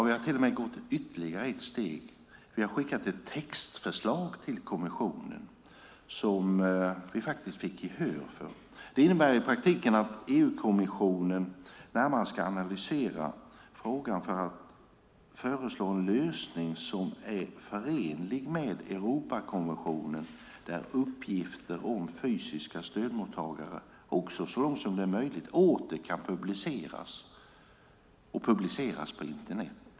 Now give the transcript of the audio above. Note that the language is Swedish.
Vi har till och med gått ytterligare ett steg och skickat ett textförslag till kommissionen som vi fick gehör för. Det innebär att EU-kommissionen ska analysera frågan för att föreslå en lösning som är förenlig med Europakonventionen där uppgifter om fysiska stödmottagare också så långt det är möjligt åter kan publiceras och publiceras på Internet.